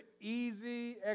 easy